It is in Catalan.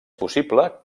possible